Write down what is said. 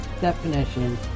definition